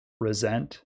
resent